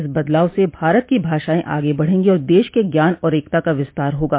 इस बदलाव से भारत की भाषाएं आगे बढ़ेंगी और देश के ज्ञान और एकता का विस्तार होगा